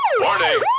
Warning